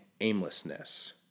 aimlessness